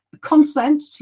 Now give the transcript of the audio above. consent